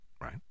right